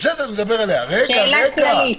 שאלה כללית.